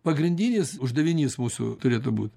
pagrindinis uždavinys mūsų turėtų būt